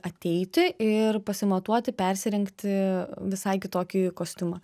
ateiti ir pasimatuoti persirengti visai kitokį kostiumą